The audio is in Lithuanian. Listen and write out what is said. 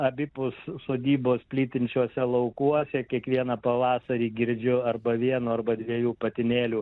abipus sodybos plytinčiuose laukuose kiekvieną pavasarį girdžiu arba vieno arba dviejų patinėlių